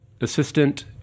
Assistant